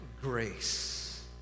grace